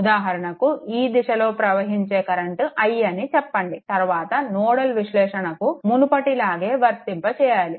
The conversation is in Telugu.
ఉదాహరణకు ఈ దిశలో ప్రవహించే కరెంట్ i అని చెప్పండి తరువాత నోడల్ విశ్లేషణకు మునుపటిలాగే వర్తింపచేయాలి